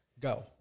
Go